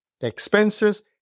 expenses